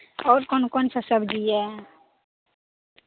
आओर कोन कोनसभ सब्जी यए